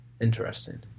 interesting